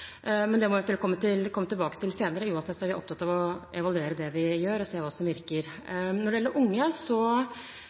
Men det må vi komme tilbake til senere. Uansett er jeg opptatt av å evaluere det vi gjør, og se hva som virker. Når det gjelder unge,